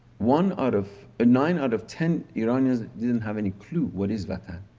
one out of nine out of ten iranians didn't have any clue what is vatan.